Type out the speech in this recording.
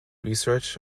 research